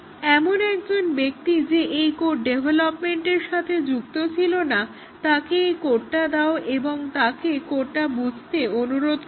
এমন একজন ব্যক্তি যে এই কোড ডেভেলপমেন্ট এর সাথে যুক্ত ছিল না তাকে এই কোডটা দাও এবং তাকে কোডটা বুঝতে অনুরোধ করো